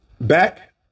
Back